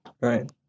Right